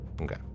Okay